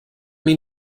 mean